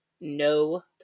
no